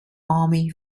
army